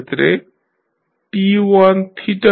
সেক্ষেত্রে T11T22